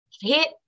hit